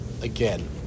again